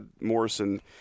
Morrison